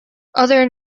other